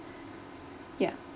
ya